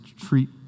treat